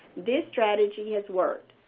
this strategy has worked.